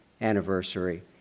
anniversary